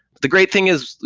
the great thing is,